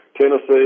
Tennessee